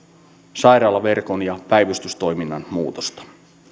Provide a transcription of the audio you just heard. sairaalaverkon ja päivystystoiminnan muutosta